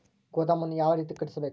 ಗೋದಾಮನ್ನು ಯಾವ ರೇತಿ ಕಟ್ಟಿಸಬೇಕು?